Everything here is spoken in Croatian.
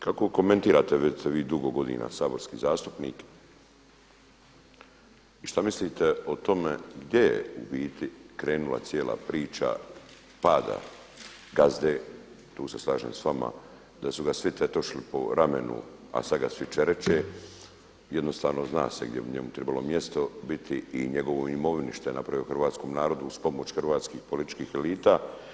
Kako komentirate već ste vi dugo godina saborski zastupnik i šta mislite o tome gdje je u biti krenula cijela priča pada gazde, tu se slažem sa vama da su ga svi tetošili po ramenu, a sad ga svi čereče, jednostavno zna se gdje bi njemu trebalo mjesto biti i njegovoj imovini šta je napravio hrvatskom narodu uz pomoć hrvatskih političkih elita.